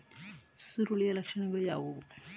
ಸುರುಳಿಯ ಲಕ್ಷಣಗಳು ಯಾವುವು?